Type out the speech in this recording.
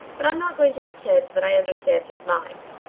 but i'm not going to pretend that i understand his mind.